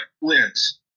wins